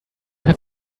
have